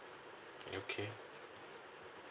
okay